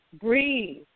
Breathe